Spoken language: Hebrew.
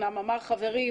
אמנם אמר חברי,